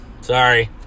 Sorry